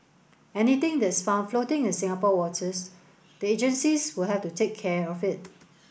anything that's found floating in Singapore waters the agencies will have to take care of it